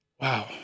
wow